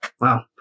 wow